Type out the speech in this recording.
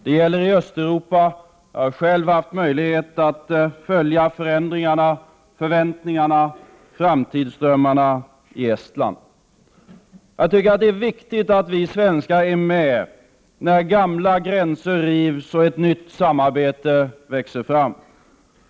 Det gäller i Östeuropa — jag har själv haft möjlighet att följa förändringarna, förväntningarna och framtidsdrömmarna i Estland. Jag tycker att det är viktigt att vi svenskar är med när gamla gränser rivs och ett nytt samarbete växer fram.